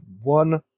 one